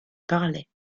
parlait